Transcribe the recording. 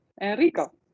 Enrico